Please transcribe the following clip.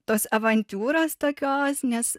tos avantiūros tokios nes